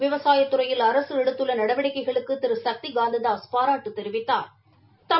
விவசாயத் துறையில் அரசு எடுத்துள்ள நடவடிக்கைகளுக்கு திரு சக்தி காந்ததாஸ் பாராட்டு தெரிவித்தாா்